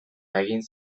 egin